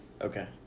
Okay